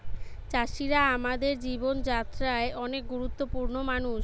চাষিরা আমাদের জীবন যাত্রায় অনেক গুরুত্বপূর্ণ মানুষ